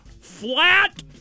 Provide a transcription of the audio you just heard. Flat